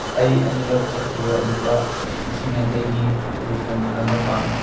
ꯑꯩ ꯑꯅꯤꯔꯛ ꯆꯠꯈꯤꯕ ꯂꯨꯄꯥ ꯂꯤꯁꯤꯡ ꯌꯥꯡꯈꯩꯒꯤ ꯔꯤꯐꯟ ꯑꯃ ꯄꯥꯝꯃꯤ